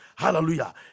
Hallelujah